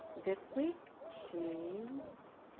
this week she's